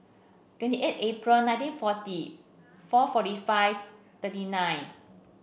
twenty eight April nineteen forty four forty five thirty nine